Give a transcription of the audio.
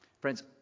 Friends